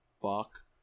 fuck